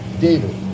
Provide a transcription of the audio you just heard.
David